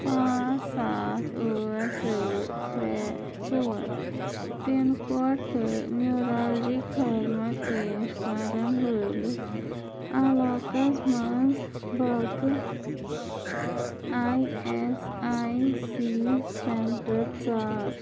پانٛژھ سَتھ ٲٹھ زٕ ترٛےٚ ژور پِن کوڈ تہٕ نیوٗرالجی خدمت پیش کرن وٲلِس علاقس مَنٛز واقع I S I C centre ژار